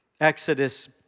Exodus